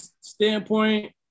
standpoint